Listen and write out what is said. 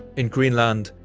in greenland,